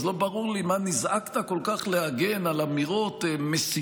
אז לא ברור לי מה נזעקת כל כך להגן על אמירות מסיתות,